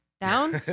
Down